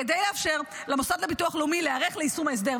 כדי לאפשר למוסד לביטוח לאומי להיערך ליישום ההסדר.